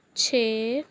ਛੇ